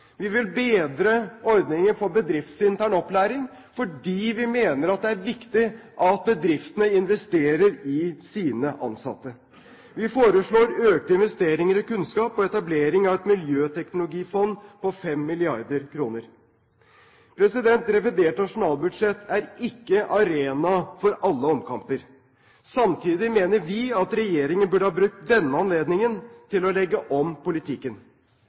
Vi vil bedre ordningen for bedriftsintern opplæring, fordi vi mener det er viktig at bedriftene investerer i sine ansatte. Vi foreslår økte investeringer i kunnskap og etablering av et miljøteknologifond på 5 mrd. kr. Revidert nasjonalbudsjett er ikke arena for alle omkamper. Samtidig mener vi at regjeringen burde ha brukt denne anledningen til å legge om politikken.